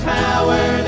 power